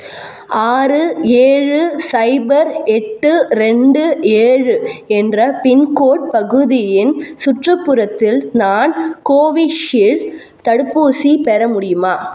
ஆறு ஏழு சைபர் எட்டு ரெண்டு ஏழு என்ற பின்கோட் பகுதியின் சுற்றுப்புறத்தில் நான் கோவிஷீல்டு தடுப்பூசி பெற முடியுமா